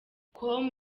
com